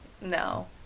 no